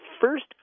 first